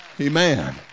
Amen